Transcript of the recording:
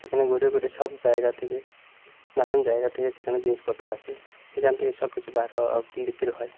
সেখানে ঘুরে ঘুরে সব জায়গা থেকে নানান জায়গা থেকে সেখানে জিনিসপত্র আসে সেখান থেকে সবকিছু বার হ বিক্রি হয়